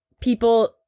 people